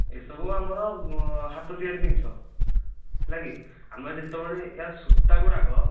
ଏସବୁ ଆମର ହାତ ତିଆରି ଜିନିଷ ହେଲାକି ଆମେ ଯେତେବେଳେ ୟା ସୂତା ଗୁଡ଼ାକ